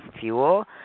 fuel